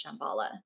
Shambhala